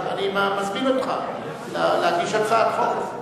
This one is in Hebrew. אני מזמין אותך להגיש הצעת החוק.